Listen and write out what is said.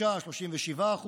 כ-35%-37%.